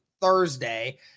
Thursday